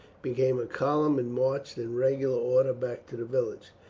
became a column, and marched in regular order back to the village.